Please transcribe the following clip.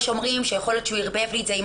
יש אומרים שיכול להיות שהוא ערבב לי את זה עם